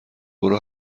برو